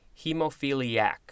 hemophiliac